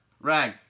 Rag